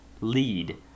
lead